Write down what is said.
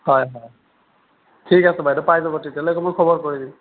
হয় হয় ঠিক আছে বাইদেউ পাই যাব তেতিয়ালৈকে মই খবৰ কৰি দিম